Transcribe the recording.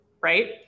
right